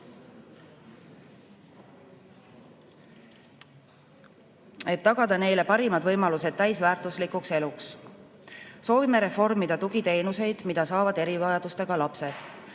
et tagada neile parimad võimalused täisväärtuslikuks eluks. Soovime reformida tugiteenuseid, mida saavad erivajadustega lapsed.